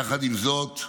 יחד עם זאת,